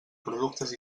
productes